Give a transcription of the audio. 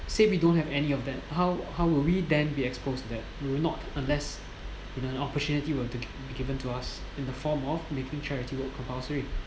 say we don't have any of them how how would we then be exposed to that will not unless in an opportunity was to gi~ given to us in the form of making charity work compulsory